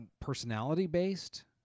Personality-based